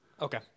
Okay